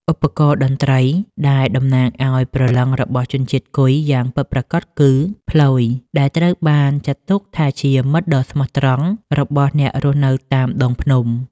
ឧបករណ៍តន្ត្រីដែលតំណាងឲ្យព្រលឹងរបស់ជនជាតិគុយយ៉ាងពិតប្រាកដគឺ ផ្លយ ដែលត្រូវបានចាត់ទុកថាជាមិត្តដ៏ស្មោះត្រង់របស់អ្នករស់នៅតាមដងភ្នំ។